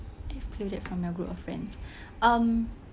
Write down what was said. excluded from your group of friends um